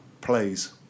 plays